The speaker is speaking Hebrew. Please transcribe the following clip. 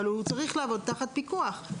לפי רשימת ההרשאות שיש לו אבל הוא צריך לעבוד תחת פיקוח.